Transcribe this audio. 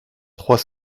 trois